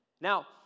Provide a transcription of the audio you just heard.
Now